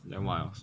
then what else